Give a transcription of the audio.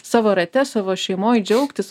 savo rate savo šeimoj džiaugtis